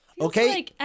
Okay